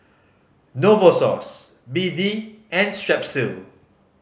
Novosource B D and Strepsil